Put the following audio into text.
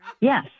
Yes